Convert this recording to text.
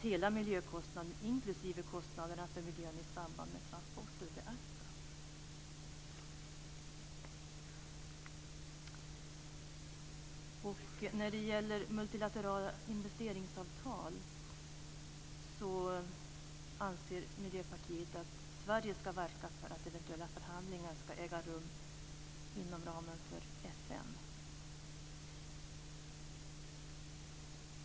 Hela miljökostnaden, inklusive kostnaderna för miljön i samband med transporter, ska beaktas. Vi i Miljöpartiet anser att Sverige ska verka för att eventuella förhandlingar om multilaterala investeringsavtal ska äga rum inom ramen för FN.